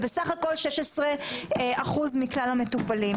ובסך הכול, 16% מכלל המטופלים.